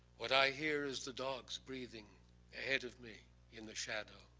what i hear is the dogs breathing ahead of me in the shadow.